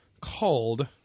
called